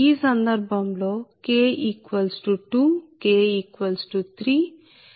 ఈ సందర్భం లో k 2 k 3